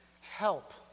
help